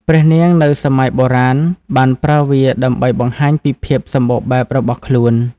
ព្រះនាងនៅសម័យបុរាណបានប្រើវាដើម្បីបង្ហាញពីភាពសម្បូរបែបរបស់ខ្លួន។